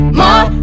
more